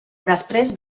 després